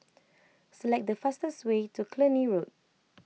select the fastest way to Cluny Road